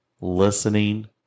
listening